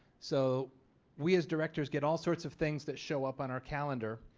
so we as directors get all sorts of things that show up on our calendar.